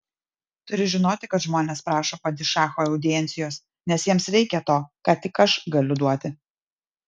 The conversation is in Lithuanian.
turi žinoti kad žmonės prašo padišacho audiencijos nes jiems reikia to ką tik aš galiu duoti